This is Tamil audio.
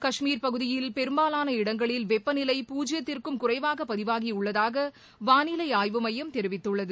கஷ்மீர் பகுதியில் பெரும்பாலான இடங்களில் வெப்பநிலை பூஜ்ஜியத்திற்கும் குறைவாக பதிவாகியுள்ளதாக வானிலை ஆய்வு மையம் தெரிவித்துள்ளது